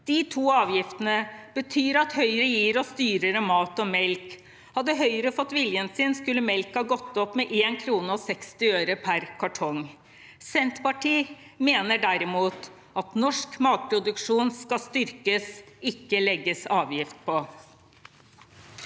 De to avgiftene betyr at Høyre gir oss dyrere mat og melk. Hadde Høyre fått viljen sin, skulle melken ha gått opp med 1 kr og 60 øre per kartong. Senterpartiet mener derimot at norsk matproduksjon skal styrkes, ikke legges avgift på!